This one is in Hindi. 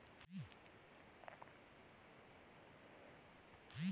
पन्द्रह सौ टन गन्ना ढोने के लिए कितनी गाड़ी की आवश्यकता पड़ती है?